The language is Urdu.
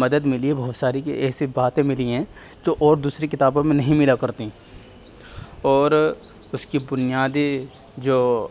مدد ملی ہے بہت ساری ایسی باتیں ملی ہیں جو اور دوسری کتابوں میں نہیں ملا كرتی اور اس کی بنیادی جو